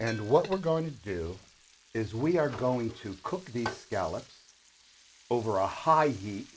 and what we're going to do is we are going to cook the gallop over a high heat